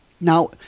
Now